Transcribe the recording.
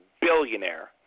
billionaire